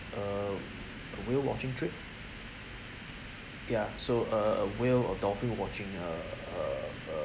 err whale watching trip ya so uh uh whale or dolphin watching uh uh uh